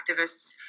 activists